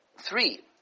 three